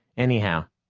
anyhow,